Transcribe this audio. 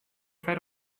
fed